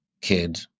kid